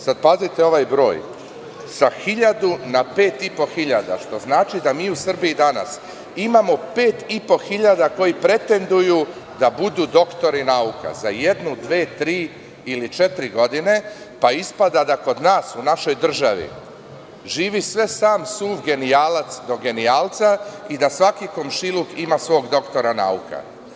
Sad, pazite ovaj broj, sa hiljadu na 5,5 hiljada, što znači da mi u Srbiji danas imamo 5,5 hiljada koji pretenduju da budu doktori nauka za jednu, dve, tri ili četiri godine, pa ispada da kod nas, u našoj državi, živi sve sam suv genijalac do genijalca i da svaki komšiluk ima svog doktora nauka.